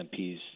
MPs